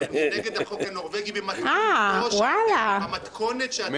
אני נגד החוק הנורווגי במתכונת שאתם